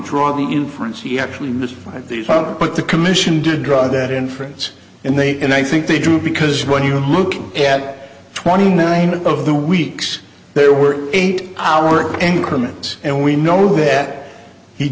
draw the inference he actually missed these up but the commission did draw that inference and they and i think they drew because when you look at twenty nine of the weeks there were eight hour increment and we know that he